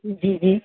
जी जी